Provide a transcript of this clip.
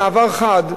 במעבר חד,